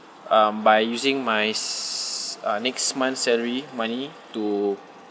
um by using my s~ uh next month's salary money to